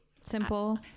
simple